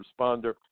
responder